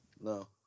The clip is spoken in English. no